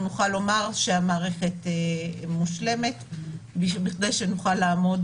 נוכל לומר שהמערכת מושלמת כדי שנוכל לעמוד